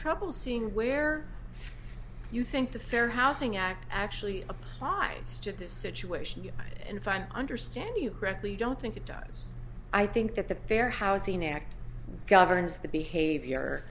trouble seeing where you think the fair housing act actually applies to this situation you find i understand you correctly you don't think it does i think that the fair housing act governs the behavior